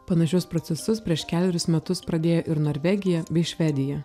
panašius procesus prieš kelerius metus pradėjo ir norvegija bei švedija